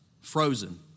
frozen